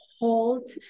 hold